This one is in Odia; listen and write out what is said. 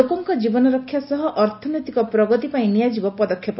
ଲୋକଙ୍କ ଜୀବନ ରକ୍ଷା ସହ ଅର୍ଥନୈତିକ ପ୍ରଗତି ପାଇଁ ନିଆଯିବ ପଦକ୍ଷେପ